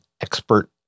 expert